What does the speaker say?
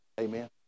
Amen